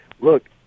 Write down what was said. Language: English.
look